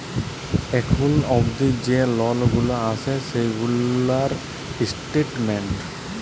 এখুল অবদি যে লল গুলা আসে সেগুলার স্টেটমেন্ট